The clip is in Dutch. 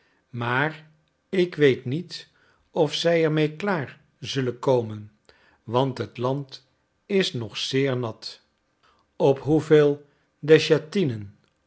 maar ik weet niet of zij er mee klaar zullen komen want het land is nog zeer nat op hoeveel